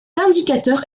indicateur